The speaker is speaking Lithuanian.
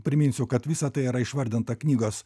priminsiu kad visa tai yra išvardinta knygos